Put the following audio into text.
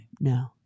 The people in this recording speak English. No